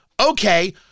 Okay